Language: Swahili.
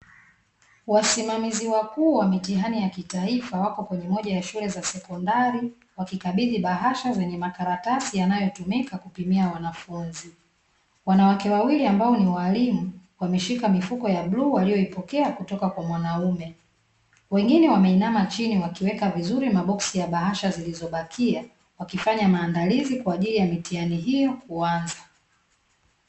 Wasimamizi wakuu wa mitihani ya kitaifa wako kwenye moja ya shule za sekondari wakikabidhi bahasha zenye makaratasi yanayotumika kupimia wanafunzi. Wanawake wawili ambao ni walimu, wameshika mifuko ya bluu waliyoipokea kutoka kwa mwanaume. Wengine wameinama chini wakiweka vizuri maboksi ya bahasha zilizobakia, wakifanya maandalizi kwa ajili ya mitihani hiyo kuanza.